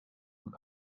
nun